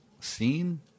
scene